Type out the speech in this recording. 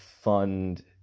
fund